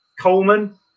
Coleman